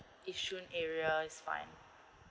yishun area is fine